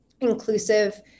inclusive